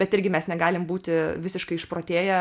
bet irgi mes negalim būti visiškai išprotėję